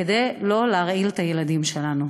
כדי לא להרעיל את הילדים שלנו.